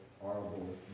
horrible